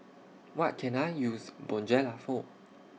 What Can I use Bonjela For